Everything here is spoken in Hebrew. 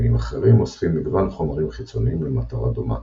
מינים אחרים אוספים מגוון חומרים חיצוניים למטרה דומה,